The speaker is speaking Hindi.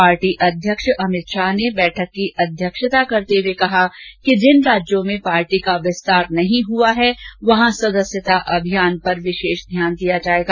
पार्टी अध्यक्ष अमित शाह ने बैठक की अध्यक्षता करते हुए कहा कि जिन राज्यों में पार्टी का विस्तार नहीं हुआ है वहां सदस्यता अभियान पर विशेष ध्यान दिया जायेगा